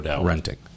renting